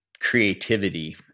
creativity